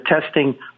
testing